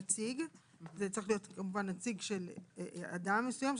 נציג צריך להיות כמובן נציג של אדם מסוים,